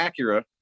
Acura